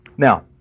Now